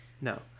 No